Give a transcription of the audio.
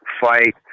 Fight